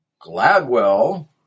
Gladwell